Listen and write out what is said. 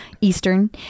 Eastern